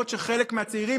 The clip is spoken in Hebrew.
חברת הכנסת גוטליב,